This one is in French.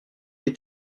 est